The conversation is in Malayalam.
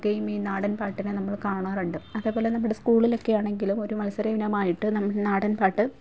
ഒക്കെയും ഈ നാടന് പാട്ടിനെ നമ്മൾ കാണാറുണ്ട് അതേപോലെ നമ്മുടെ സ്കൂളിലൊക്കെ ആണെങ്കിലും ഒരു മത്സരയിനമായിട്ട് നമ്മുടെ നാടന് പാട്ട്